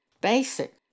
BASIC